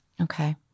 Okay